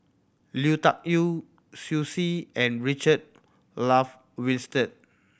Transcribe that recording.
Lui Tuck Yew Xiu Si and Richard Olaf Winstedt